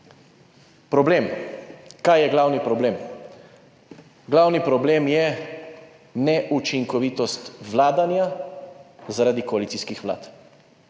Problem, kaj je glavni problem ?Glavni problem je neučinkovitost vladanja zaradi koalicijskih vlad.